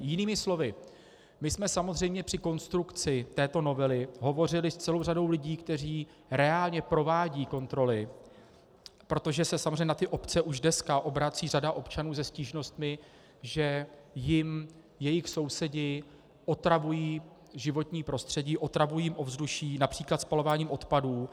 Jinými slovy, my jsme samozřejmě při konstrukci této novely hovořili s celou řadou lidí, kteří reálně provádějí kontroly, protože se samozřejmě na ty obce už dneska obrací řada občanů se stížnostmi, že jim jejich sousedi otravují životní prostředí, otravují jim ovzduší například spalováním odpadů.